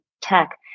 tech